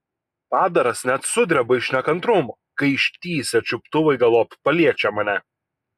padaras net sudreba iš nekantrumo kai ištįsę čiuptuvai galop paliečia mane